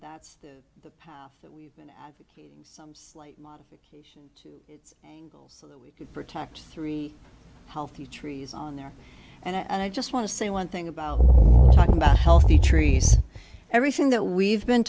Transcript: that's the path that we've been advocating some slight modification angles so that we can protect three healthy trees on there and i just want to say one thing about talking about healthy trees everything that we've been